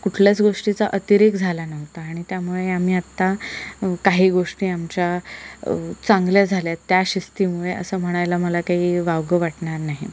कुठल्याच गोष्टीचा अतिरेक झाला नव्हता आणि त्यामुळे आम्ही आत्ता काही गोष्टी आमच्या चांगल्या झाल्यात त्या शिस्तीमुळे असं म्हणायला मला काही वावगं वाटणार नाही